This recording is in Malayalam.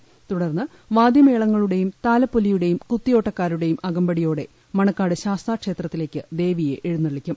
വ്രതം തുടർന്ന് വാദ്യമേളങ്ങളുടെയും താലപ്പൊലിയുടെയും കുത്തിയോട്ടക്കാരുടെയും അകമ്പടിയോടെ മണക്കാട് ശാസ്താക്ഷേത്രത്തിലേക്ക് ദേവിയെ എഴുന്നള്ളിക്കും